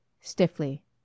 Stiffly